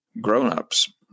grownups